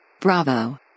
Bravo